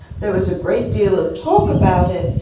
there was a great deal of talk about it,